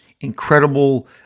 incredible